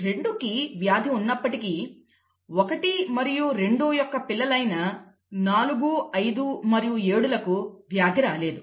2కి వ్యాధి ఉన్నప్పటికీ 1 మరియు 2 యొక్క పిల్లలు అయిన 45 మరియు 7 లకు వ్యాధి రాలేదు